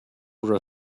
were